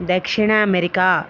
దక్షిణ అమెరికా